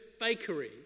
fakery